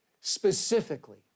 specifically